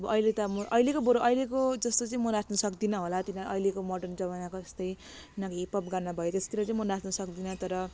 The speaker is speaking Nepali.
अब अहिले त अब अहिलेको जस्तो चाहिँ म नाच्न सक्दिनँ होला किनभने अहिलेको मोर्डन जमानाको जस्तै हिपअप गाना भयो त्यस्तोतिर चाहिँ म नाच्न सक्दिनँ तर